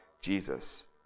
Jesus